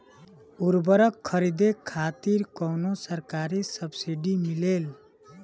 उर्वरक खरीदे खातिर कउनो सरकारी सब्सीडी मिलेल?